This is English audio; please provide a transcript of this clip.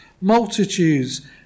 multitudes